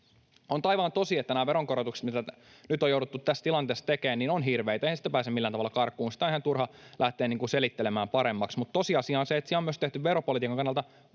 On taivaan tosi, että nämä veronkorotukset, mitä nyt on jouduttu tässä tilanteessa tekemään, ovat hirveitä. Ei sitä pääse millään tavalla karkuun. Sitä on ihan turha lähteä selittelemään paremmaksi. Mutta tosiasia on se, että siellä on tehty veropolitiikan kannalta,